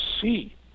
see